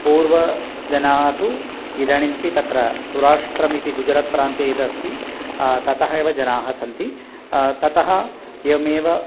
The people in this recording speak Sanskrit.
पूर्वजनाः तु इदानीमपि तत्र सुराष्ट्रम् इति गुजरात् प्रान्ते यदस्ति ततः एव जनाः सन्ति ततः एवमेव